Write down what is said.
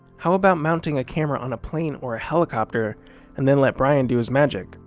how about mounting a camera on a plane or helicopter and then let bryan do his magic.